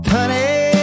Honey